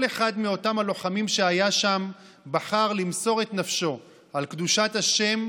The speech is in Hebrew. כל אחד מאותם לוחמים שהיה שם בחר למסור את נפשו על קדושת השם,